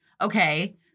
Okay